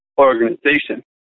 organization